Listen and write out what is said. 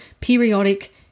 periodic